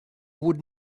would